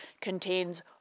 contains